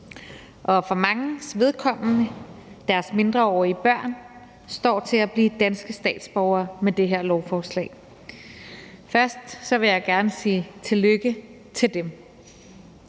og for manges vedkommende deres mindreårige børn står til at blive danske statsborgere med det her lovforslag. Først vil jeg gerne sige tillykke til dem.